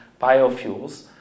biofuels